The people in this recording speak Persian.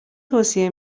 توصیه